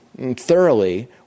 thoroughly